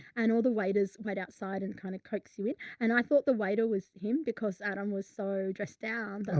and all the waiters went outside and kind of coax you in. and i thought the waiter was him because adam was so dressed down though.